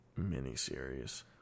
miniseries